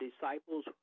disciples